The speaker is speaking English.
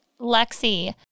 Lexi